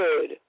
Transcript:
Good